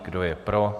Kdo je pro?